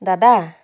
দাদা